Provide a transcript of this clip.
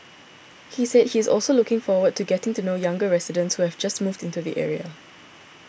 he said he is also looking forward to getting to know younger residents who have just moved into the area